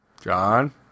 John